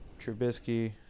Trubisky